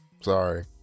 Sorry